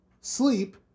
Sleep